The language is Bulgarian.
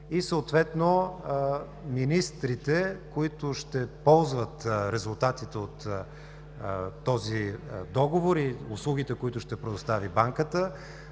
и съответно министрите, които ще ползват резултатите от този договор и услугите, които ще предостави банката,